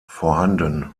vorhanden